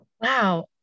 Wow